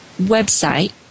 website